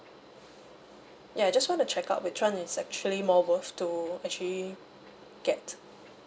ya I just want to check out which one is actually more worth to actually get